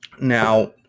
Now